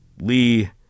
Lee